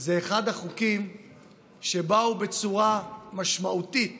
הוא אחד החוקים שבאו בצורה משמעותית